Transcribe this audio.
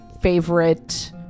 favorite